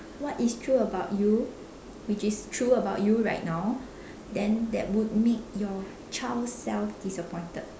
what is true about you which is true about you right now then that would make your child self disappointed